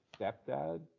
stepdad